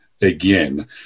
again